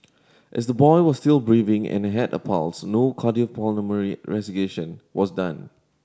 as the boy was still breathing and had a pulse no cardiopulmonary was done